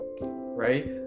Right